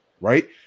right